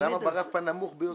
אז למה ברף הנמוך ביותר?